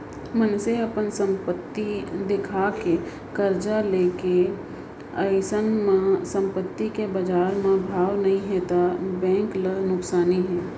मनसे अपन संपत्ति देखा के करजा ले हे अइसन म संपत्ति के बजार म भाव नइ हे त बेंक ल नुकसानी हे